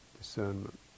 discernment